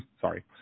sorry